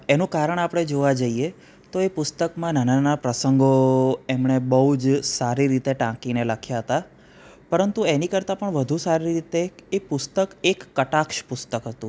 એનું કારણ આપણે જોવા જઈએ તો એ પુસ્તકમાં નાના નાના પ્રસંગો એમણે બહુ જ સારી રીતે ટાંકીને લખ્યા હતા પરંતુ એની કરતાં પણ વધુ સારી રીતે એ પુસ્તક એક કટાક્ષ પુસ્તક હતું